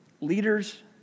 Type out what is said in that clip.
leaders